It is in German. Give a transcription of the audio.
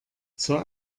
zur